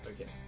okay